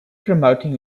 promoting